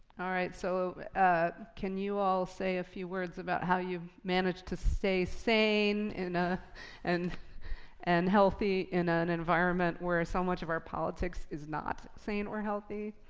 all right, so can you all say a few words about how you manage to stay sane ah and and healthy in an environment where so much of our politics is not sane or healthy?